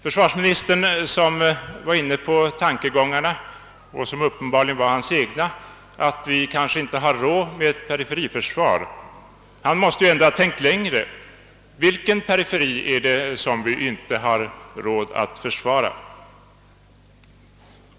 Försvarsministern, som var inne på tankegången, vilken uppenbarligen var hans egen, att vi kanske inte har råd med periferiförsvar, måste ändå ha tänkt längre. Vilken periferi är det som vi inte har råd att försvara?